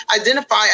identify